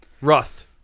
Rust